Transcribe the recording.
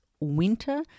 winter